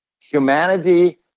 humanity